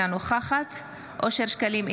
אינה נוכחת אושר שקלים,